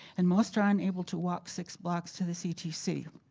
and most are ah unable to walk six blocks to the ctc.